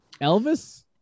Elvis